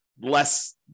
less